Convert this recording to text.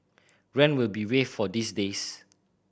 rent will be waived for these days